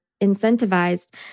incentivized